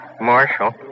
Marshal